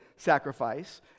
Sacrifice